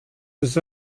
his